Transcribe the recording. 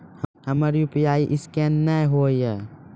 हमर UPI scan नेय हो या?